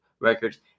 records